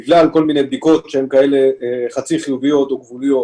בגלל כל מיני בדיקות שהן כאלה חצי חיוביות או גבוליות,